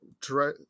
try